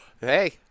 Hey